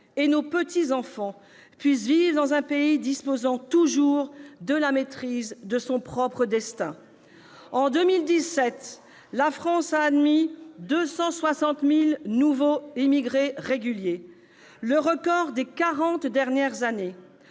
et petits-enfants puissent vivre dans un pays disposant toujours de la maîtrise de son propre destin. En 2017, la France a admis 260 000 nouveaux immigrés réguliers, le record des quarante dernières années.